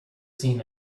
seen